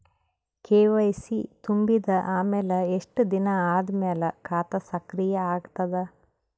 KYC ತುಂಬಿದ ಅಮೆಲ ಎಷ್ಟ ದಿನ ಆದ ಮೇಲ ಖಾತಾ ಸಕ್ರಿಯ ಅಗತದ?